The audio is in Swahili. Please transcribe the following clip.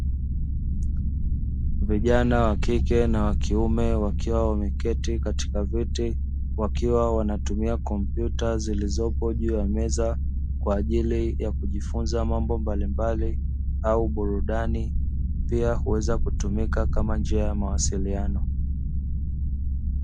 Vijana wakike na wakiume wakiwa wameketi katika viti, wakiwa wanatumia kompyuta zilizopo juu ya meza kwa ajili ya kujifunza mambo mbalimbali, au burudani pia kuweza kutumika kama njia ya mawasiliano.